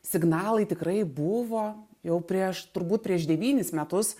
signalai tikrai buvo jau prieš turbūt prieš devynis metus